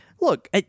Look